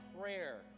prayer